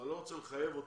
אני לא רוצה לחייב אותם,